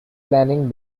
planning